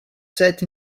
set